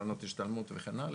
קרנות השתלמות וכן הלאה,